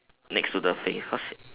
next to the face cause